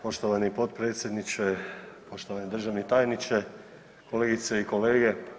Poštovani potpredsjedniče, poštovani državni tajniče, kolegice i kolege.